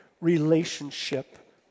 relationship